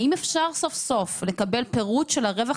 האם אפשר סוף סוף לקבל פירוט של הרווח